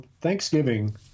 Thanksgiving